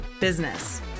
business